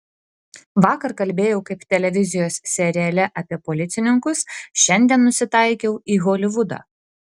vakar kalbėjau kaip televizijos seriale apie policininkus šiandien nusitaikiau į holivudą